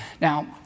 Now